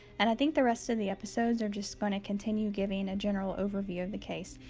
and i think the rest of the episodes are just gonna continue giving a general overview of the case.